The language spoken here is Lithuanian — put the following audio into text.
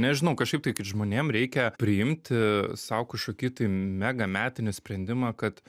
nežinau kažkaip tai kad žmonėm reikia priimti sau kažkokį tai mega metinį sprendimą kad